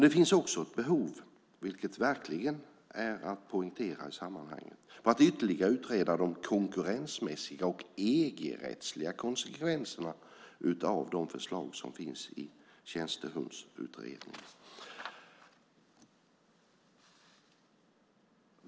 Det finns också ett behov, vilket verkligen bör poängteras i sammanhanget, av att ytterligare utreda de konkurrensmässiga och EG-rättsliga konsekvenserna av de förslag som finns i Tjänsthundsutredningen.